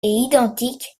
identique